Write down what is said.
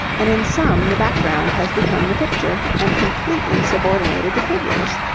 and in some the background has become the picture and completely subordinated the figures.